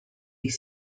ich